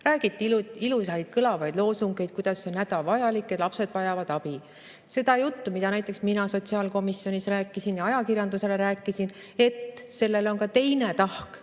Räägiti ilusaid kõlavaid loosungeid, kuidas see on hädavajalik, lapsed vajavad abi. Seda juttu, mida näiteks mina sotsiaalkomisjonis rääkisin ja ajakirjandusele rääkisin, et sellel on ka teine tahk,